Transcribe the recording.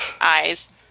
eyes